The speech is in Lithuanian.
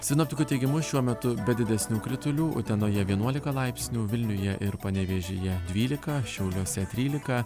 sinoptikų teigimu šiuo metu be didesnių kritulių utenoje vienuolika laipsnių vilniuje ir panevėžyje dvylika šiauliuose trylika